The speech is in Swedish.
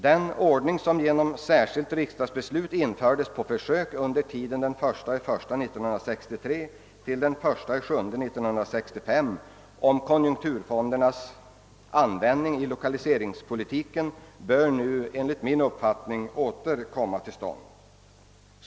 Den ordning som genom särskilt riksdagsbeslut infördes på försök under tiden 1 januari 1963 — 1 juli 1965 om konjunkturfondernas användning i lokaliseringspolitiken bör enligt min uppfattning återinföras.